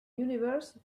universe